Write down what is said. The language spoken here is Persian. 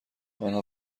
آنها